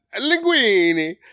linguini